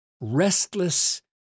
restless